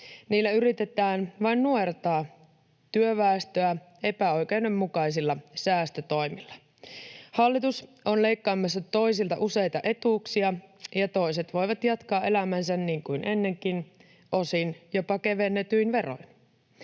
Niillä yritetään vain nujertaa työväestöä epäoikeudenmukaisilla säästötoimilla. Hallitus on leikkaamassa toisilta useita etuuksia, ja toiset voivat jatkaa elämäänsä niin kuin ennenkin, osin jopa kevennetyin veroin.